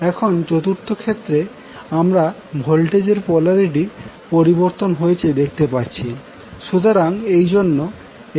এখন চতুর্থ ক্ষেত্রে আমরা ভোল্টেজ এর পোলারিটি পরিবর্তন হয়েছে দেখতে পাচ্ছি